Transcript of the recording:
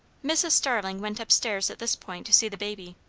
mrs. starling went up-stairs at this point to see the baby,